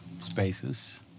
spaces